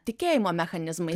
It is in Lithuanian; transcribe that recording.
tikėjimo mechanizmais